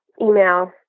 email